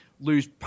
lose